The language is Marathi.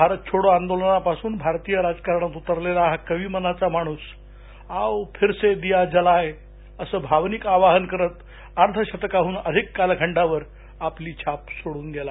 भारत छोडो आंदोलनापासून भारतीय राजकाराणात उतरलेला हा कवि मनाचा माणूस आओ फिरसे दिया जाएं असं भावनिक आवाहन करत अर्धशतकाहन अधिक कालखंडावर आपली छाप सोडून गेला